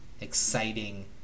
exciting